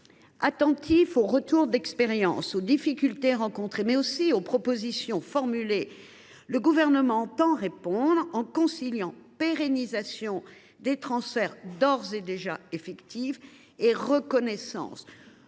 Attentif aux retours d’expérience, aux difficultés rencontrées et aux propositions formulées, le Gouvernement entend répondre en conciliant pérennisation des transferts d’ores et déjà effectifs et reconnaissance